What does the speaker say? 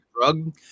drug